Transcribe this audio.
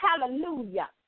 Hallelujah